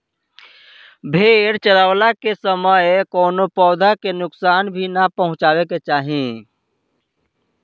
भेड़ चरावला के समय कवनो पौधा के नुकसान भी ना पहुँचावे के चाही